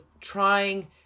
trying